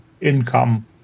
income